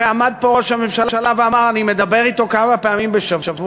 הרי עמד פה ראש הממשלה ואמר: אני מדבר אתו כמה פעמים בשבוע.